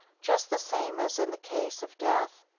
just the same as in the case of death.